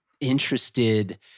interested